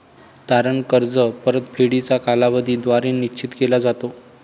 तारण कर्ज परतफेडीचा कालावधी द्वारे निश्चित केला जातो